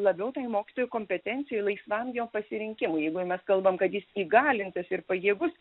labiau tai mokytojų kompetencijai laisvam jo pasirinkimui jeigu mes kalbam kad jis įgalintas ir pajėgus